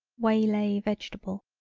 way lay vegetable.